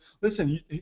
listen